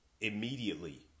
immediately